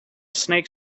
snake